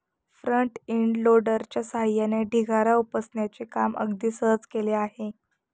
front end लोडरच्या सहाय्याने ढिगारा उपसण्याचे काम अगदी सहज केले जाते